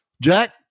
Jack